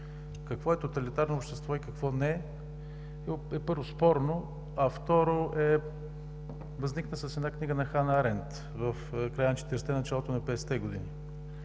Какво е тоталитарно общество и какво не, е, първо, спорно, а, второ, възниква с една книга на Хана Аренд в края на 40-те и началото на 50-те години.